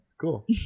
Cool